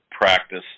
practice